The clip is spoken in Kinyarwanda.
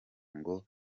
ngo